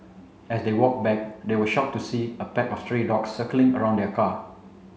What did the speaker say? as they walked back they were shocked to see a pack of stray dogs circling around their car